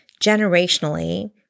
generationally